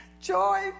Joy